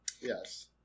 Yes